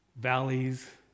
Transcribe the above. valleys